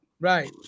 right